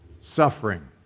suffering